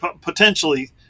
potentially